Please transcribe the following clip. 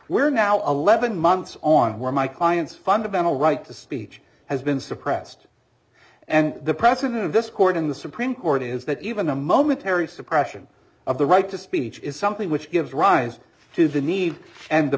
where now eleven months on where my clients fundamental right to speech has been suppressed and the precedent of this court in the supreme court is that even a momentary suppression of the right to speech is something which gives rise to the need and the